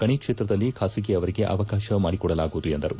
ಗಣಿ ಕ್ಷೇತ್ರದಲ್ಲಿ ಖಾಸಗಿ ಅವರಿಗೆ ಅವಕಾಶ ಮಾಡಿಕೊಡಲಾಗುವುದು ಎಂದರು